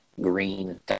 Green